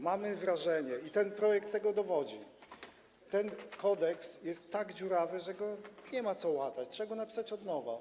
mamy wrażenie, i ten projekt tego dowodzi, iż ten kodeks jest tak dziurawy, że nie ma co go łatać, trzeba go napisać od nowa.